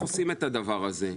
איך עושים את הדבר הזה?